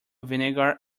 vinegar